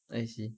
I see